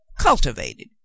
cultivated